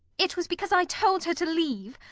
it was because i told her to leave.